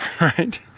right